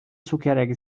cukierek